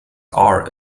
are